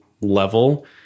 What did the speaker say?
level